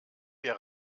wir